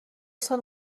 سال